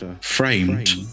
framed